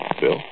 Bill